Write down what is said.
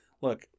Look